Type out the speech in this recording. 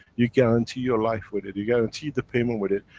you guarantee your life with it, you guarantee the payment with it.